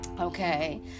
Okay